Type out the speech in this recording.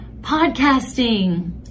podcasting